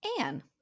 Anne